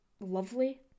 lovely